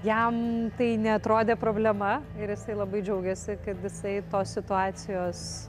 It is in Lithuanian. jam tai neatrodė problema ir jisai labai džiaugėsi kad visai tos situacijos